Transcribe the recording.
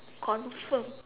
confirm